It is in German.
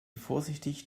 vorsichtig